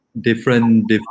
different